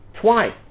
twice